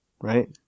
right